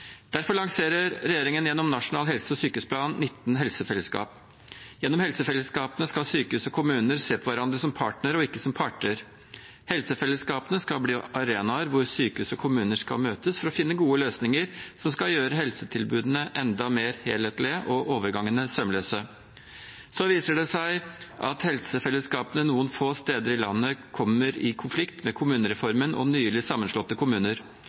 Derfor lanserer regjeringen gjennom Nasjonal helse- og sykehusplan 19 helsefellesskap. Gjennom helsefellesskapene skal sykehus og kommuner se på hverandre som partnere og ikke som parter. Helsefellesskapene skal bli arenaer hvor sykehus og kommuner skal møtes for å finne gode løsninger som skal gjøre helsetilbudene enda mer helhetlige, og overgangene sømløse. Så viser det seg at helsefellesskapene noen få steder i landet kommer i konflikt med kommunereformen og nylig sammenslåtte kommuner.